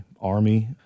army